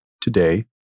today